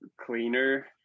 cleaner